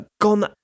gone